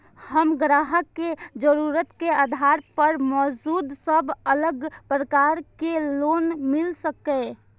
हम ग्राहक के जरुरत के आधार पर मौजूद सब अलग प्रकार के लोन मिल सकये?